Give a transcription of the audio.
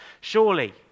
surely